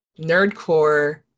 nerdcore